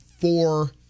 four